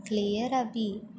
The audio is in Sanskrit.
क्लेयर् अपि